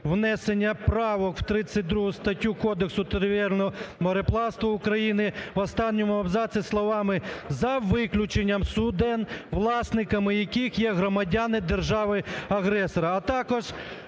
власниками яких є громадяни держави-агресора".